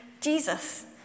Jesus